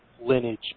lineage